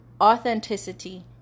Authenticity